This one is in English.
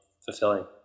fulfilling